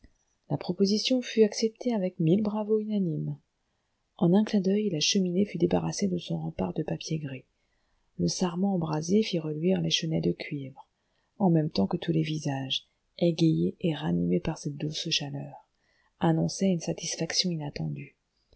la proposition fut acceptée avec mille bravos unanimes en un clin d'oeil la cheminée fut débarrassée de son rempart de papier gris le sarment embrasé fit reluire les chenets de cuivre en même temps que tous les visages égayés et ranimés par cette douce chaleur annonçaient une satisfaction inattendue